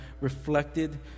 reflected